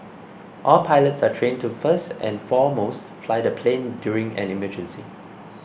all pilots are trained to first and foremost fly the plane during an emergency